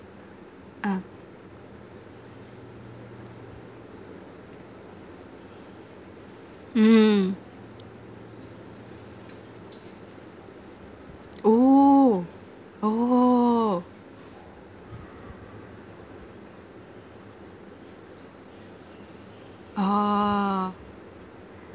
ah mm mm oh oh oh